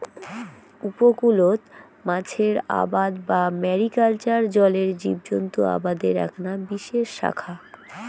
উপকূলত মাছের আবাদ বা ম্যারিকালচার জলের জীবজন্ত আবাদের এ্যাকনা বিশেষ শাখা